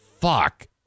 fuck